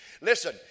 Listen